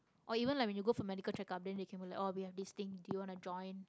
or even like when you go for medical check up then they can be like oh we have this thing do you want to join